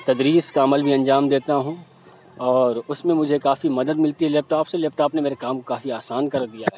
تدریس کا عمل بھی انجام دیتا ہوں اور اس میں مجھے کافی مدد ملتی ہے لیپ ٹاپ سے لیپ ٹاپ نے میرے کام کافی آسان کر دیا ہے